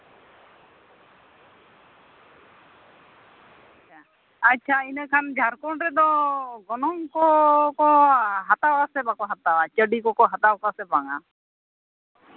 ᱟᱪᱪᱷᱟ ᱤᱱᱟᱹ ᱠᱷᱟᱱ ᱡᱷᱟᱲᱠᱷᱚᱸᱰ ᱨᱮᱫᱚ ᱜᱚᱱᱚᱝ ᱠᱚᱠᱚ ᱦᱟᱛᱟᱣᱟ ᱥᱮ ᱵᱟᱠᱚ ᱦᱟᱛᱟᱣᱟ ᱪᱟᱹᱰᱤ ᱠᱚᱠᱚ ᱦᱟᱛᱟᱣ ᱠᱚᱣᱟ ᱥᱮ ᱵᱟᱝᱟ